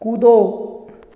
कूदो